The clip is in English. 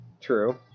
True